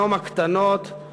יום הקטנות,